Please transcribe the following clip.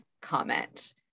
comment